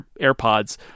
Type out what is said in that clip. AirPods